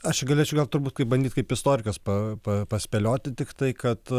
aš galėčiau vėl turbūt kaip bandyt kaip istorikas pa paspėlioti tiktai kad